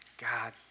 God